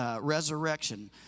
Resurrection